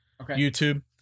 YouTube